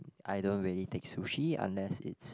I don't really take sushi unless it's